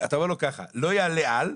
לו ככה, לא יעלה על,